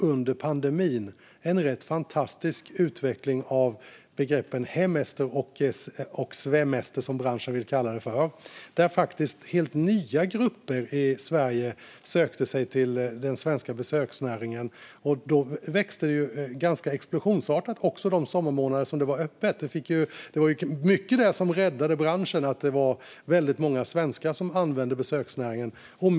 Under pandemin såg vi en fantastisk utveckling av begreppen hemester och svemester, som branschen vill kalla det. Helt nya grupper i Sverige sökte sig till den svenska besöksnäringen. Under de sommarmånader det var öppet växte det explosionsartat. Att väldigt många svenskar använde besöksnäringen var i mycket det som räddade branschen.